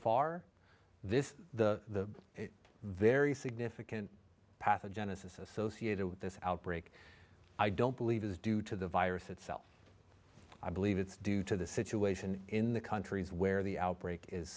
far this the very significant pathogenesis associated with this outbreak i don't believe it is due to the virus itself i believe it's due to the situation in the countries where the outbreak is